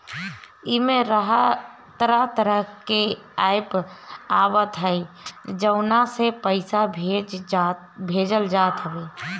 एमे तरह तरह के एप्प आवत हअ जवना से पईसा भेजल जात हवे